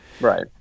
Right